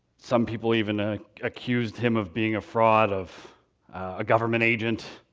some people even ah accused him of being a fraud of a government agent.